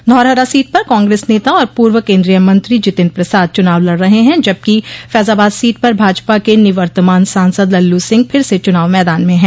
Dhaurahra seat पर कांग्रेस नेता और पूर्व केन्द्रीय मंत्री जितिन प्रसाद चुनाव लड़ रहे हैं जबकि फैजाबाद सीट पर भाजपा के निवर्तमान सांसद लल्लू सिंह फिर से चुनाव मैदान में हैं